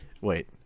Wait